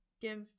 give